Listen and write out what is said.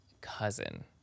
cousin